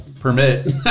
Permit